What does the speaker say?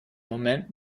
moment